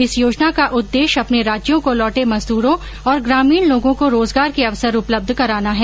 इस योजना का उद्देश्य अपने राज्यों को लौटे मजदूरों और ग्रामीण लोगों को रोजगार के अवसर उपलब्ध कराना है